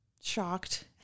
shocked